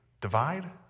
divide